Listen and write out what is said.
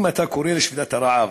אם אתה קורא לשביתת הרעב